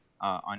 on